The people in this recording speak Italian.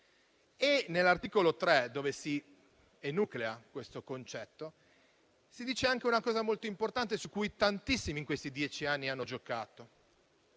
All'articolo 3, dove si enuclea questo concetto, si fa anche un'affermazione molto importante, sui cui tantissimi in questi dieci anni hanno giocato.